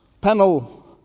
panel